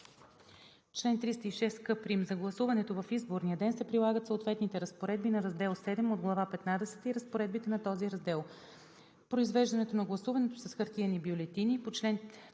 Чл. 306к'. За гласуването в изборния ден се прилагат съответните разпоредби на раздел VII от глава петнадесета и разпоредбите на този раздел. Произвеждане на гласуването с хартиени бюлетини Чл. 306л.